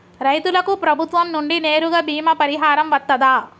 రైతులకు ప్రభుత్వం నుండి నేరుగా బీమా పరిహారం వత్తదా?